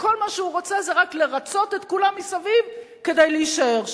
וכל מה שהוא רוצה זה רק לרצות את כולם מסביב כדי להישאר שם.